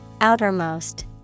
Outermost